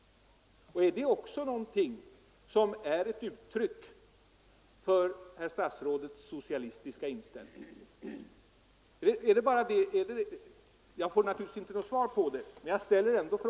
Och är det också någonting som är ett uttryck för herr statsrådets socialistiska inställning? — Jag får naturligtvis inte något svar på den frågan, men jag ställer den ändå.